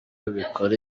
bikora